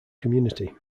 community